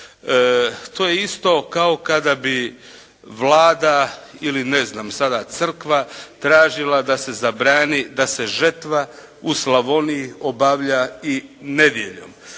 To je isto kao kada bi Vlada ili ne znam sada Crkva tražila da se zabrani da se žetva u Slavoniji obavlja i nedjeljom.